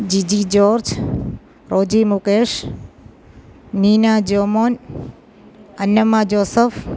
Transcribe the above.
Jiji George Roji Mukesh Neena Jomon Annamma Joseph